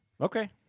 Okay